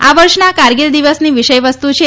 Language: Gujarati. આ વર્ષના કારગીલ દિવસની વિષયવસ્તુ છે